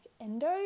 endo